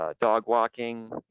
ah dog walking,